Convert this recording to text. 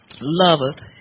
loveth